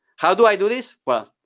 how do i do this? well,